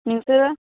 नोंसोरो